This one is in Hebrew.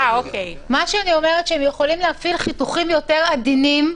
אני אומרת שהם יכולים להפעיל חיתוכים יותר עדינים,